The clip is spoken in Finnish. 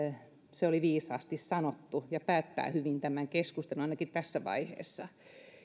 se oli viisaasti sanottu ja päättää hyvin tämän keskustelun ainakin tässä vaiheessa